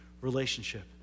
relationship